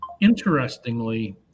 Interestingly